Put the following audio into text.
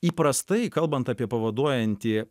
įprastai kalbant apie pavaduojantį